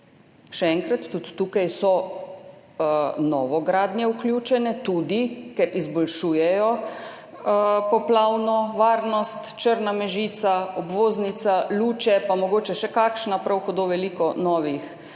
Še enkrat, tudi sem so novogradnje vključene, tudi, ker izboljšujejo poplavno varnost. Črna–Mežica, obvoznica Luče pa mogoče še kakšna, prav hudo veliko novih ni.